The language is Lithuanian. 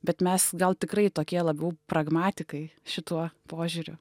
bet mes gal tikrai tokie labiau pragmatikai šituo požiūriu